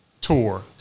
tour